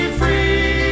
free